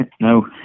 No